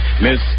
Miss